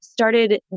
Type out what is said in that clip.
started